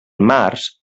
març